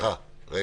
אני